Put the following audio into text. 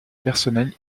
personnels